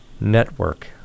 network